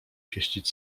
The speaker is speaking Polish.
pieścić